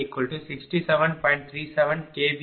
37 kVA